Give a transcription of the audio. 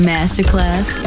Masterclass